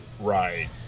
Right